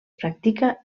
practica